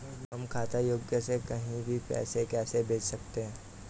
हम खाता संख्या से कहीं भी पैसे कैसे भेज सकते हैं?